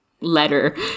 letter